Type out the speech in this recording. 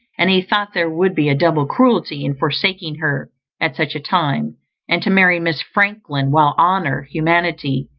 and he thought there would be a double cruelty in forsaking her at such a time and to marry miss franklin, while honour, humanity,